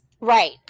Right